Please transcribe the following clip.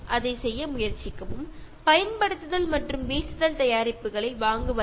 ഉപയോഗ ശേഷം വലിച്ചെറിയുന്ന രീതിയിൽ ഉള്ള സാധനങ്ങൾ വാങ്ങരുത്